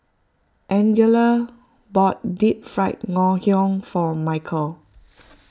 Angella bought Deep Fried Ngoh Hiang for Michel